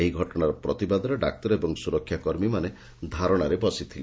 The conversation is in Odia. ଏହି ଘଟଣା ପ୍ରତିବାଦରେ ଡାକ୍ତର ଓ ସୁରକ୍ଷାକର୍ମୀମାନେ ଧାରଣାରେ ବସିଥିଲେ